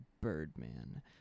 Birdman